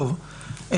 תודה.